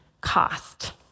cost